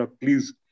please